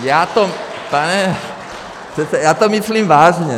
Já to, pane, já to myslím vážně.